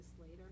later